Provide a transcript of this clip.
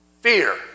Fear